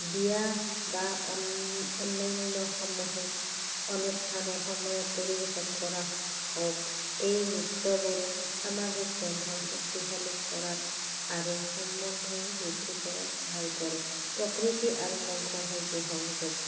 বিয়া বা অন্যান্য সামূহিক অনুষ্ঠানৰ সময়ত পৰিৱেশন কৰা হওক এই নৃত্যবোৰে সামাজিক বন্ধন শক্তিশালী কৰাত আৰু সম্বন্ধও বৃদ্ধি কৰাত সহায় কৰে প্ৰকৃতি আৰু বংশৰ সৈতে সংযোগ